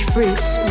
Fruits